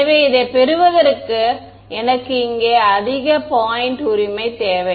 எனவே இதைப் பெறுவதற்கு எனக்கு இங்கே அதே புள்ளி எனக்கு தேவை